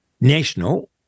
National